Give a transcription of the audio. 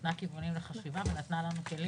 שנתנה כיוונים למחשבה ונתנה לנו כלים.